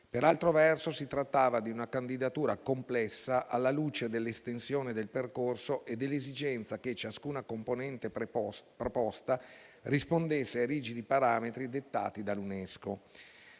Per altro verso si trattava di una candidatura complessa alla luce dell'estensione del percorso e dell'esigenza che ciascuna componente proposta rispondesse rigidi parametri dettati dall'UNESCO.